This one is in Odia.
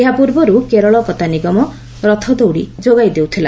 ଏହାପୂର୍ବରୁ କେରଳ କତା ନିଗମ ରଥ ଦଉଡ଼ି ଯୋଗାଉଥିଲା